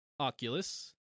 Oculus